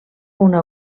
una